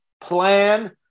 plan